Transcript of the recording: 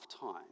time